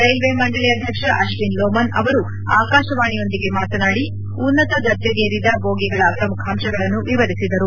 railway ಮಂಡಳಿ ಅಧ್ಯಕ್ಷ ಅಶ್ವಿನ್ ಲೋಮನ್ ಅವರು ಆಕಾಶವಾಣಿಯೊಂದಿಗೆ ಮಾತನಾಡಿ ಉನ್ನತದರ್ಜೆಗೇರಿದ ಬೋಗಿಗಳ ಪ್ರಮುಖಾಂಶಗಳನ್ನು ವಿವರಿಸಿದರು